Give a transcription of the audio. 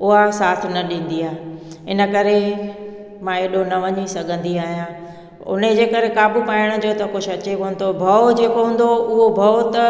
उहा साथ न ॾींदी आहे इन करे मां हेॾो न वञी सघंदी आहियां उन जे करे काबू पाइण जो त कुझु अचे कोन थो भउ जेको हूंदो उहो भउ त